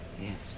Yes